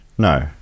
No